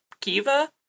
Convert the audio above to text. kiva